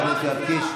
חבר הכנסת קיש.